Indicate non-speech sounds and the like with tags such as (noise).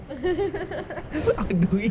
(laughs)